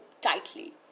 tightly